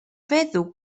feddw